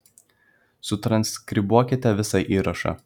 sutranskribuokite visą įrašą